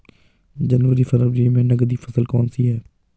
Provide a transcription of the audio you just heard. जनवरी फरवरी में नकदी फसल कौनसी है?